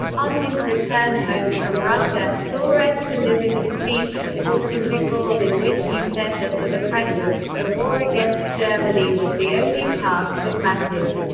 on his return home from russia, thorez delivered a speech supporting de gaulle in which he said that for the present, the war against germany was the only task that mattered.